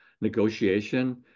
negotiation